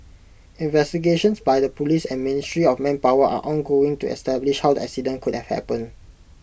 investigations by the Police and ministry of manpower are ongoing to establish how the accident could happened